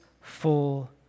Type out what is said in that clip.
full